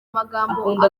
amagambo